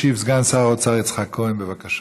ישיב סגן שר האוצר יצחק כהן, בבקשה.